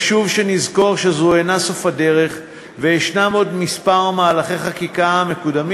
חשוב לזכור שזה אינו סוף הדרך ויש עוד כמה מהלכי חקיקה המקודמים